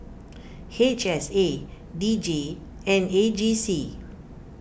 H S A D J and A G C